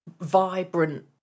vibrant